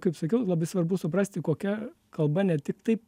kaip sakiau labai svarbu suprasti kokia kalba ne tik taip